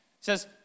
says